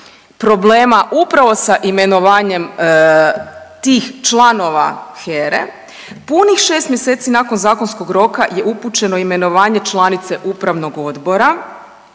problema upravo sa imenovanjem tih članova HERA-e punih 6 mjeseci nakon zakonskog roka je upućeno imenovanje članice Upravnog odbora,